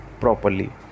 properly